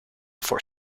for